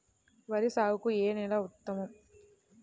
వరి సాగుకు ఏ నేల ఉత్తమం?